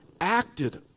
acted